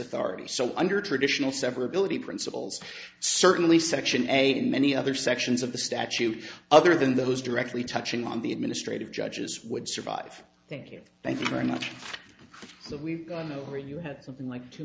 authority so under traditional severability principles certainly section eight and many other sections of the statute other than those directly touching on the administrative judges would survive thank you thank you very much so we've gone over you have something like two